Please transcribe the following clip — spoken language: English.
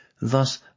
Thus